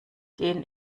den